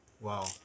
Wow